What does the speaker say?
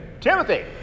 Timothy